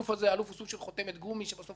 אלוף הוא סוג של חותמת גומי שבסוף חותם.